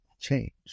change